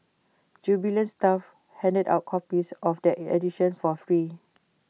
jubilant staff handed out copies of that edition for free